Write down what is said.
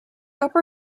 upper